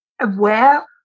aware